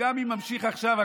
ממי הם גבו את זה?